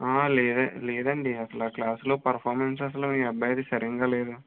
ఆ లేద లేదండి అసలు ఆ క్లాస్లో పర్ఫామెన్స్ అసలు మీ అబ్బాయిది సరిగ్గా లేదు